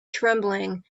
trembling